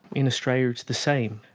in australia it's the same.